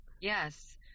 yes